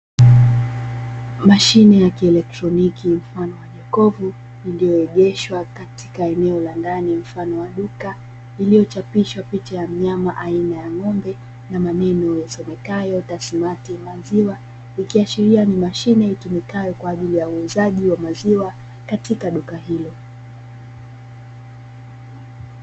Mashine ya kielektroniki, mfano wa jokofu, ndiyo iliyoegeshwa katika eneo la ndani, mfano wa duka iliyochapishwa picha ya mnyama aina ya ng'ombe na maneno yasomekayo "Tasimati maziwa". Ikiashiria ni mashine itumikayo kwa ajili ya uuzaji wa maziwa katika duka hilo.